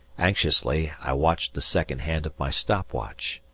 anxiously i watch the second hand of my stop watch.